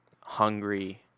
hungry